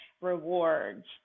rewards